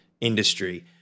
industry